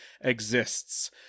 exists